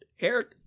Eric